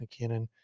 McKinnon